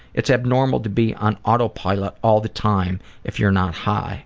it's abnormal to be on autopilot all the time if you're not high